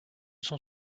sont